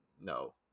no